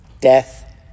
death